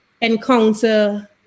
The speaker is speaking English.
encounter